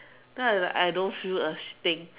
then I like I don't feel a thing